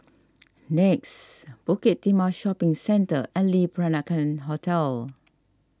Nex Bukit Timah Shopping Centre and Le Peranakan Hotel